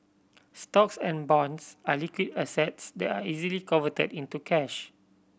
stocks and bonds are liquid assets they are easily converted into cash